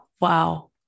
Wow